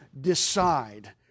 decide